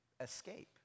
escape